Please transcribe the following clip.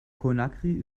conakry